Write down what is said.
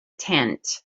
tent